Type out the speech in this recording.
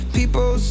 people